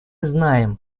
знаем